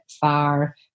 far